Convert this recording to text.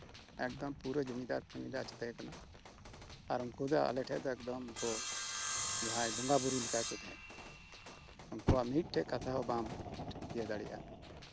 ᱮᱠᱫᱚᱢ ᱯᱩᱨᱟᱹ ᱡᱚᱢᱤᱫᱟᱨ ᱯᱷᱮᱢᱮᱞᱤ ᱨᱮᱭᱟᱜ ᱨᱟᱡᱽ ᱛᱟᱸᱦᱮ ᱠᱟᱱᱟ ᱟᱨ ᱩᱱᱠᱩ ᱫᱚ ᱟᱞᱮ ᱴᱷᱮᱱ ᱫᱚ ᱩᱱᱠᱩ ᱮᱠᱫᱚᱢ ᱡᱟᱸᱦᱟᱭ ᱵᱚᱸᱜᱟ ᱵᱩᱨᱩ ᱞᱮᱠᱟ ᱠᱚ ᱛᱟᱸᱦᱮ ᱠᱟᱱᱟ ᱩᱱᱠᱩ ᱟᱜ ᱢᱤᱫᱴᱮᱱ ᱠᱟᱛᱷᱟ ᱦᱚᱸ ᱵᱟᱢ ᱤᱭᱟᱹ ᱫᱟᱲᱮᱭᱟᱜᱼᱟ